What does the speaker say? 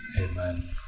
Amen